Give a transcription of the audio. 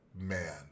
man